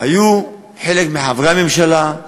היו חלק מחברי הממשלה,